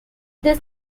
this